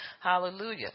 Hallelujah